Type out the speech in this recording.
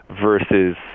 versus